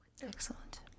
Excellent